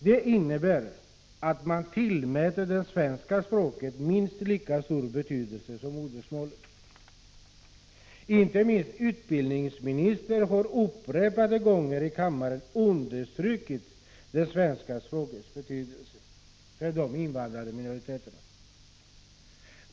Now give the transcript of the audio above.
Det innebär att det svenska språket tillmäts minst lika stor betydelse som modersmålet. Inte minst utbildningsministern har upprepade gånger i kammaren understrukit det svenska språkets betydelse för invandrarminoriteterna.